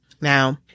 Now